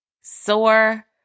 sore